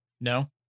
No